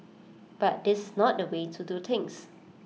but this not the way to do things